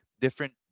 different